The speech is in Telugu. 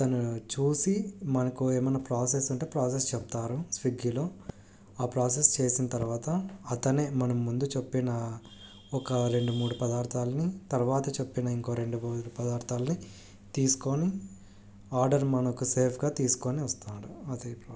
అతను చూసి మనకు ఏమన్నా ప్రాసెస్ ఉంటే ప్రాసెస్ చెప్తారు స్విగ్గీలో ఆ ప్రాసెస్ చేసిన తర్వాత అతనే మనం ముందు చెప్పిన ఒక రెండు మూడు పదార్థాలని తర్వాత చెప్పిన ఇంకా రెండు మూడు పదార్థాలని తీసుకొని ఆర్డర్ మనకు సేఫ్గా తీసుకొని వస్తాడు అది ప్రా